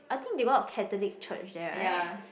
I think they got a Catholic church there right